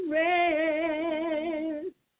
rest